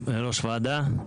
אדוני יושב-ראש הוועדה,